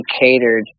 catered